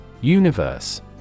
Universe